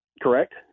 correct